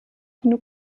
genug